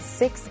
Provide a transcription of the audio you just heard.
six